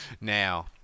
Now